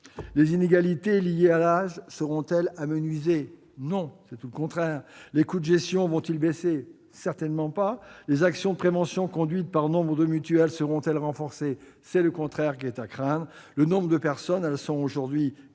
Les inégalités liées à l'âge seront-elles amenuisées ? Bien au contraire. Les coûts de gestion vont-ils baisser ? Certainement pas. Les actions de prévention menées par nombre de mutuelles seront-elles renforcées ? C'est le contraire qui est à craindre. Le nombre de personnes sans complémentaire